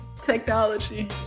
Technology